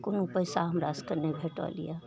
कोनो पइसा हमरा सभकेँ नहि भेटल यऽ